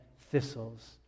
thistles